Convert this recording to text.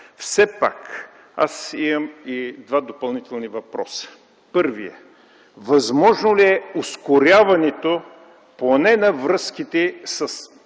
идейна фаза. Имам два допълнителни въпроса. Първият е: възможно ли е ускоряването поне на връзките с